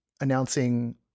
announcing